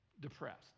depressed